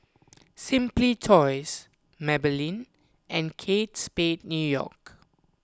Simply Toys Maybelline and Kate Spade New York